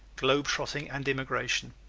globe trotting and immigration.